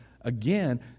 again